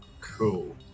Cool